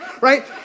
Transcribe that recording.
right